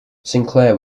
sinclair